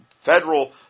federal